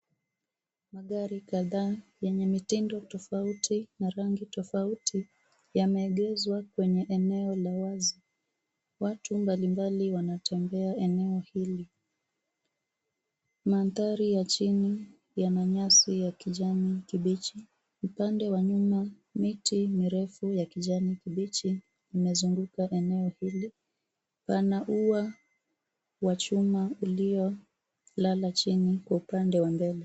Magari kadhaa yenye mitindo tofauti na rangi tofauti yameegezwa kwenye eneo la wazi. Watu mbalimbali wanatembea kwenye eneo hili. Mandhari ya chini yana nyasi ya kijani kibichi. Upande wa nyuma miti mirefu ya kijani kibichi inazunguka eneo hili. Pana ua wa chuma uliolala chini kwa upande wa mbele.